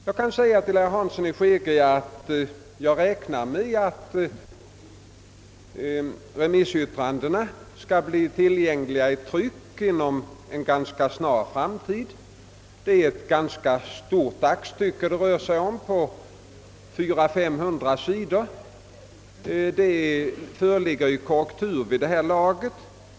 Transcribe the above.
Jag kan säga till herr Hansson i Skegrie att jag räknar med att remissyttrandena skall bli tillgängliga i tryck inom en snar framtid. Det är emellertid ett ganska stort aktstycke det rör sig om — på 400—500 sidor. Det föreligger i korrektur vid det här laget.